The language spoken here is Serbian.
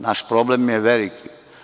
Naš problem je veliki.